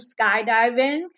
skydiving